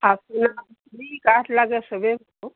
আপোনাৰ যি কাঠ লাগে চবেই পাব